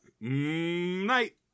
Night